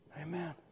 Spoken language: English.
Amen